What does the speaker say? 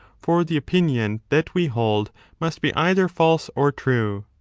for the opinion that we hold must be either false or true.